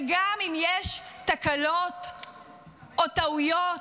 וגם אם יש תקלות או טעויות,